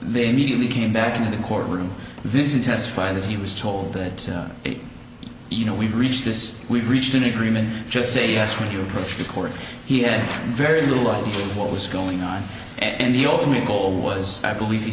they immediately came back into the court room this is testified that he was told that you know we've reached this we've reached an agreement just say yes when you approach the court he had very little idea what was going on and the ultimate goal was i believe he